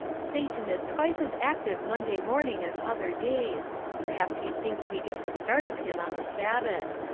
satan is twice as active monday morning as other days perhaps he thinks we get the start of him on the sabbath.